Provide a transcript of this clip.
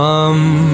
Come